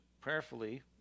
prayerfully